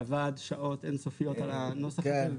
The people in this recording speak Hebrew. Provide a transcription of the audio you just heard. שעבד שעות אינסופיות על הנוסח הזה.